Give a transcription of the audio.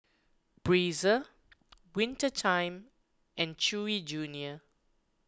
Breezer Winter Time and Chewy Junior